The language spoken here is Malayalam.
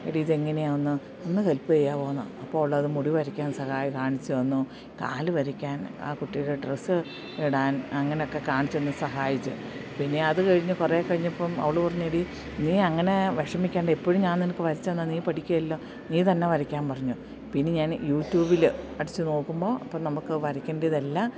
എടീ ഇത് എങ്ങനെയാണ് ഒന്ന് ഒന്ന് ഹെൽപ് ചെയ്യാമോ എന്നു അപ്പം അവൾ അത് മുടി വരയ്ക്കാൻ സഹായം കാണിച്ചു തന്നു കാല് വരയ്ക്കാൻ ആ കുട്ടിയുടെ ഡ്രസ്സ് ഇടാൻ അങ്ങനെയൊക്കെ കാണിച്ചു തന്നു സഹായിച്ചു പിന്നെ അത് കഴിഞ്ഞു കുറേ കഴിഞ്ഞപ്പം അവൾ പറഞ്ഞു എടീ നീ അങ്ങനെ വഷമിക്കേണ്ട എപ്പോഴും ഞാൻ നിനക്കു വരച്ചു തന്നാൽ നീ പഠിക്കുക ഇല്ലല്ലോ നീ തന്നെ വരയ്ക്കാൻ പറഞ്ഞു പിന്നെ ഞാൻ യൂട്യൂബിൽ അടിച്ചു നോക്കുമ്പോൾ അപ്പം നമുക്ക് വരയ്ക്കേണ്ട ഇതെല്ലാം